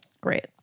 Great